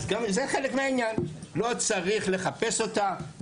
לא צריך לחפש אותה.